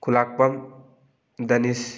ꯈꯨꯜꯂꯥꯛꯄꯝ ꯗꯅꯤꯁ